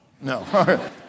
No